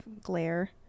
glare